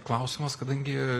klausimas kadangi